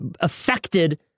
affected